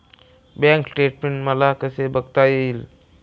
Bank statement मला कसे बघता येईल?